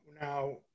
Now